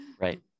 Right